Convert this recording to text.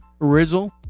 Rizzle